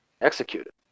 executed